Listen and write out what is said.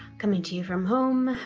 coming to you from home.